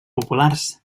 populars